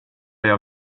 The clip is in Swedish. jag